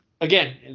again